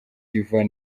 d’ivoire